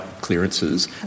clearances